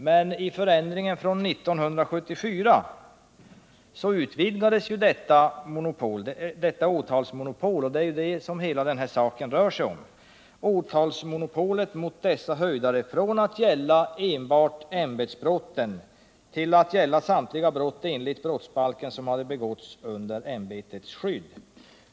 Men 1974 utvidgades åtalsmonopolet mot dessa höjdare — och det är detta hela diskussionen rör sig om -— från att gälla enbart ämbetsbrotten till att gälla samtliga brott enligt brottsbalken, vilka begåtts under ämbetets skydd.